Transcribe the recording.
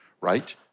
right